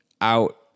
out